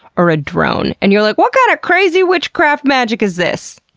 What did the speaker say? or a drone, and you're like, what kind of crazy witchcraft magic is this?